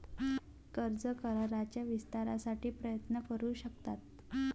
कर्ज कराराच्या विस्तारासाठी प्रयत्न करू शकतात